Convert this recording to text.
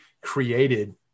created